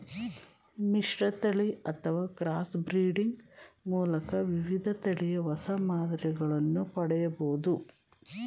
ಮಿಶ್ರತಳಿ ಅಥವಾ cross breeding ಮೂಲಕ ವಿವಿಧ ತಳಿಯ ಹೊಸ ಮಾದರಿಗಳನ್ನು ಪಡೆಯಬೋದು